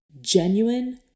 genuine